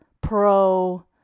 pro